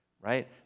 right